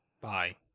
Bye